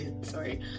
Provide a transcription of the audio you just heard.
Sorry